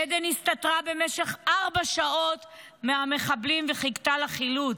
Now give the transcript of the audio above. עדן הסתתרה מהמחבלים במשך ארבע שעות וחיכתה לחילוץ,